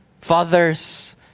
Fathers